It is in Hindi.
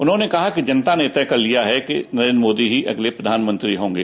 उन्होंने कहा कि जनता ने तय कर लिया है कि नरेन्द्र मोदी ही अगले प्रधानमंत्री होंगे